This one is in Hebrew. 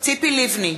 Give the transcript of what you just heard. ציפי לבני,